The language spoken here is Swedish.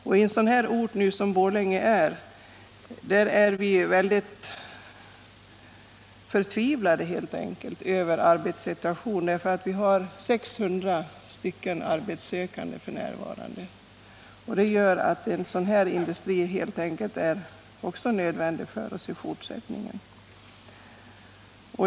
I en ort som Borlänge är vi helt enkelt förtvivlade över arbetssituationen — vi har f. n. 600 arbetssökande, och det gör att en sådan här industri är nödvändig för oss också i fortsättningen.